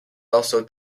also